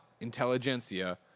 Intelligentsia